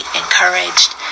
encouraged